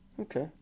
Okay